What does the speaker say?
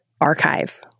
archive